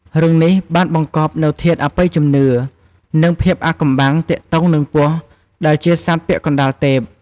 រឿងនេះបានបង្កប់នូវធាតុអបិយជំនឿ និងភាពអាថ៌កំបាំងទាក់ទងនឹងពស់ដែលជាសត្វពាក់កណ្ដាលទេព។